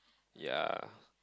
ya